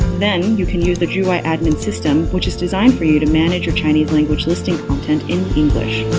then, you can use the juwai admin system, which is designed for you to manage your chinese language listing content in english